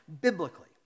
biblically